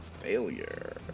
failure